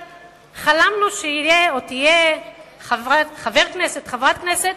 חלמנו שיהיה או תהיה חבר כנסת או חברת כנסת